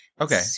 Okay